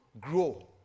grow